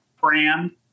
brand